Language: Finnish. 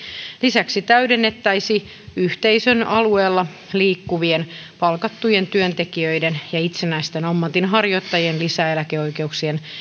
lisäksi täydennettäisiin yhteisön alueella liikkuvien palkattujen työntekijöiden ja itsenäisten ammatinharjoittajien lisäeläkeoikeuksien